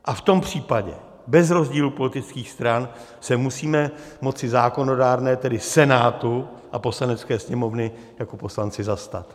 A v tom případě bez rozdílu politických stran se musíme moci zákonodárné, tedy Senátu a Poslanecké sněmovny, jako poslanci zastat.